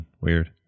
weird